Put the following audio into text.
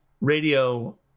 radio